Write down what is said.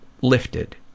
lifted